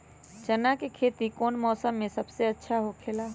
चाना के खेती कौन मौसम में सबसे अच्छा होखेला?